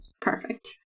perfect